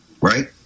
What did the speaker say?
right